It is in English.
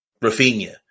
Rafinha